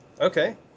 okay